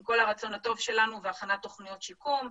עם כל הרצון הטוב שלנו והכנת תכניות שיקום,